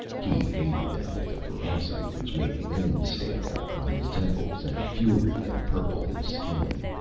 he hated them with a ferocity which made veins stand out upon his temples and fury empurple his skin.